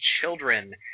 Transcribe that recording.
children